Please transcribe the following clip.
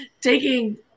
taking